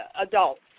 adults